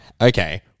okay-